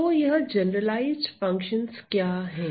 तो यह generalized functions क्या है